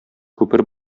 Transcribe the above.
күпер